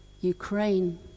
Ukraine